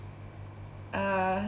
uh